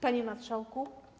Panie Marszałku!